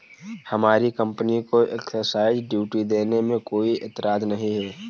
हमारी कंपनी को excise duty देने में कोई एतराज नहीं है